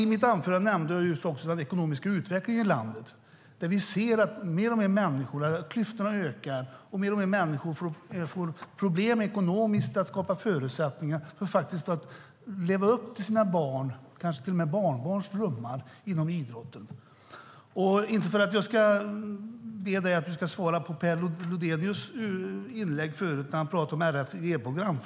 I mitt anförande nämnde jag den ekonomiska utvecklingen i landet. Vi ser att klyftorna ökar, och allt fler människor får ekonomiska problem att skapa förutsättningar för att leva upp till sina barns och kanske till och med sina barnbarns drömmar inom idrotten. Jag ska inte be dig att svara på Per Lodenius inlägg när han talade om RF:s idéprogram.